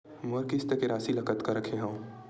मोर किस्त के राशि ल कतका रखे हाव?